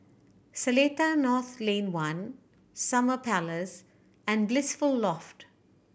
Seletar North Lane One Summer Place and Blissful Loft